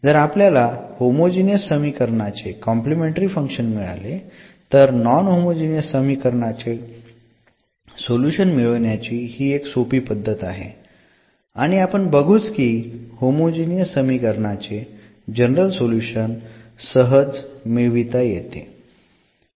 जर आपल्याला होमोजीनियस समीकरणाचे कॉम्प्लिमेंटरी फंक्शन मिळाले तर नॉन होमोजिनियस समीकरणाचे सोल्युशन मिळविण्याची हि एक सोपी पद्धत आहे आणि आपण बघूच की होमोजिनियस समीकरणाचे जनरल सोल्युशन सहज मिळविता येते